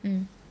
um